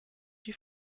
die